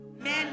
Men